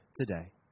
today